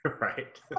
Right